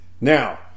Now